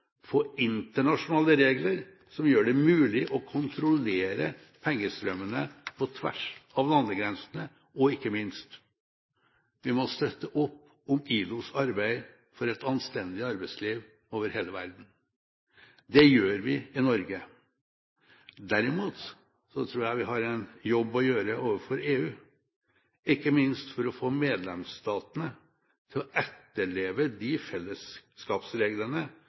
få internasjonale regler som gjør det mulig å kontrollere pengestrømmene på tvers av landegrensene, og ikke minst må vi støtte opp om ILOs arbeid for et anstendig arbeidsliv over hele verden. Det gjør vi i Norge. Derimot tror jeg vi har en jobb å gjøre overfor EU, ikke minst for å få medlemsstatene til å etterleve de fellesskapsreglene